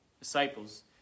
disciples